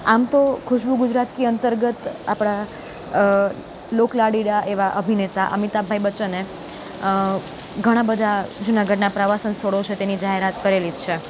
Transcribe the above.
આમ તો ખુશ્બુ ગુજરાત કી અંતર્ગત આપણા લોક લાડીલા એવાં અભિનેતા અમિતાભ ભાઈ બચ્ચને ઘણાં બધાં જુનાગઢનાં પ્રવાસન સ્થળો છે તેની જાહેરાત કરેલી જ છે